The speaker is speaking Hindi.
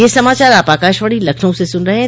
ब्रे क यह समाचार आप आकाशवाणी लखनऊ से सुन रहे हैं